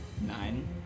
Nine